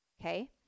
okay